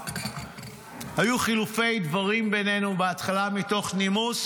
היו חילופי דברים בינינו בהתחלה מתוך נימוס.